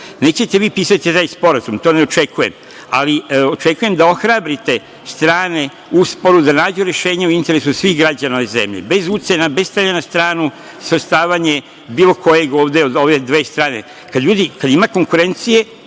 Nećete vi pisati taj sporazum, to ne očekujem, ali očekujem da ohrabrite strane u sporu, da nađu rešenje u interesu svih građana ove zemlje, bez ucena, bez stavljanja na stranu, svrstavanje bilo kojeg ovde od ove dve strane. Ljudi, kada ima konkurencije